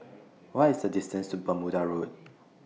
What IS The distance to Bermuda Road